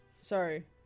Sorry